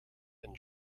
and